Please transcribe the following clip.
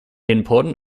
important